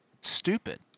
stupid